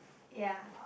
ya